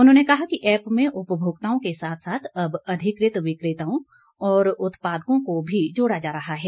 उन्होंने कहा कि ऐप में उपमोक्ताओं के साथ साथ अब अधिकृत विक्रेताओं और उत्पादकों को भी जोड़ा जा रहा है